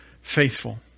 faithful